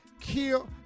Kill